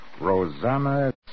Rosanna